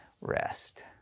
rest